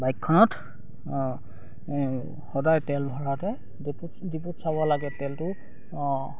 বাইকখনত সদায় তেল ভৰাওঁতে ডিপু ডিপুত চাব লাগে তেলটো